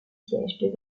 sièges